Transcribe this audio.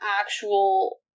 actual